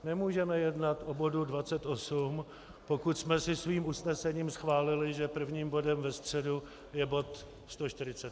Nemůžeme jednat o bodu 28, pokud jsme si svým usnesením schválili, že prvním bodem ve středu je bod 145.